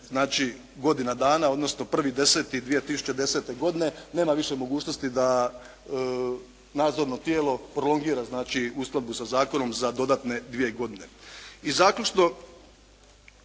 znači godina dana, odnosno 01. 10. 2010. godine nema više mogućnosti da nadzorno tijelo prolongira znači uskladbu sa zakonom za dodatne 2 godine. I zaključno,